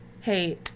hey